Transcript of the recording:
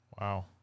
Wow